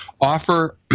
offer